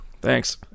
Thanks